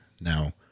Now